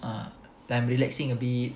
ah I'm relaxing a bit